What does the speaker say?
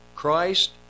Christ